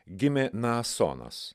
gimė nasonas